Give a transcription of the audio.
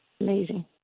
Amazing